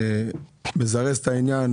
מזרז את העניין,